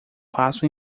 passo